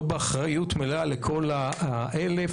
לא באחריות מלאה לכל ה-1,000,